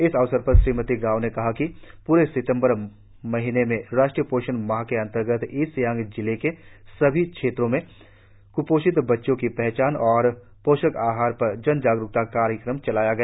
इस अवसर पर श्रीमती गाव ने कहा कि पूरे सितंबर महीने में राष्ट्रीय पोषण माह के अंतर्गत ईस्ट सियांग जिले के सभी क्षेत्रों में क्पोषित बच्चों की पहचान और पोषक आहार पर जनजागरुकता कार्यक्रम चलाया गया